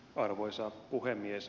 arvoisa puhemies